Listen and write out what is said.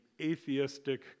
atheistic